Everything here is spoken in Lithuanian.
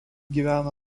gyvena